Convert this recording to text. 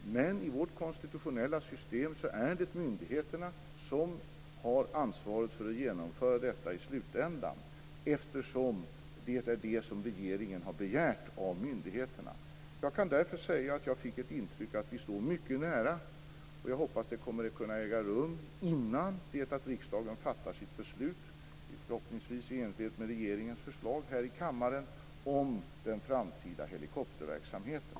I vårt konstitutionella system är det myndigheterna som har ansvaret för att genomföra detta i slutändan, eftersom det är det som regeringen har begärt av myndigheterna. Jag kan därför säga att jag fick ett intryck av att vi är mycket nära, och jag hoppas att ett avtal kommer att kunna träffas innan det att riksdagen, förhoppningsvis i enlighet med regeringens förslag, fattar sitt beslut här i kammaren om den framtida helikopterverksamheten.